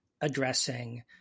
addressing